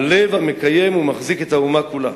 הלב המקיים ומחזיק את האומה כולה.